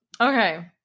Okay